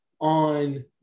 on